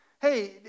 hey